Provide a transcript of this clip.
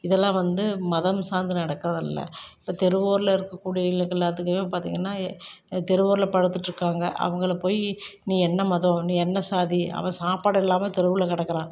இதெல்லாம் வந்து மதம் சார்ந்து நடக்கறதில்லை இப்போ தெருவோர்ல இருக்கக்கூடிய இல்லை எல்லாத்துக்குமே பார்த்திங்கன்னா ஏ தெருவோர்ல படுத்துட்டுருக்கவங்க அவங்களை போய் நீ என்ன மதம் நீ என்ன சாதி அவன் சாப்பாடு இல்லாம தெருவில் கிடக்கறான்